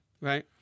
Right